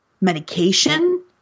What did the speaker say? medication